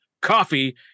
coffee